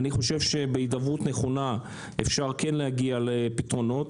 אני חושב שבהידברות נכונה אפשר כן להגיע לפתרונות,